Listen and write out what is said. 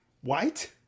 White